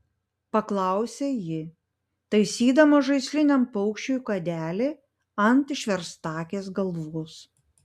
paklausė ji taisydama žaisliniam paukščiui kuodelį ant išverstakės galvos